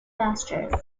pastures